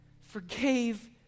forgave